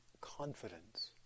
confidence